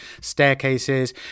staircases